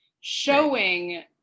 Showing